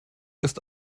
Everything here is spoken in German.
ist